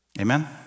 Amen